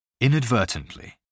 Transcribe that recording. Inadvertently